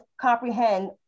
comprehend